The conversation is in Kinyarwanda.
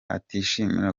atishimira